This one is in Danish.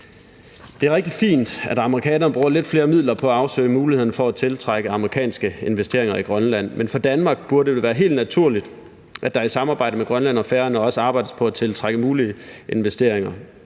Det er rigtig fint, at amerikanerne bruger lidt flere midler på at afsøge mulighederne for at tiltrække amerikanske investeringer i Grønland, men for Danmark burde det være helt naturligt, at der i samarbejde med Grønland og Færøerne også arbejdes på at tiltrække mulige investeringer.